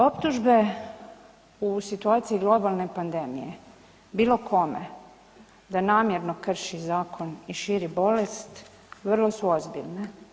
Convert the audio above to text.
Optužbe u situaciji globalne pandemije bilo kome da namjerno krši zakon i širi bolest vrlo su ozbiljne.